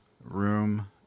room